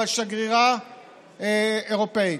שגרירה אירופית.